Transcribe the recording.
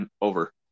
over